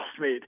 made